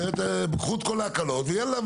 אחרת קחו את כל ההקלות ו-יאללה,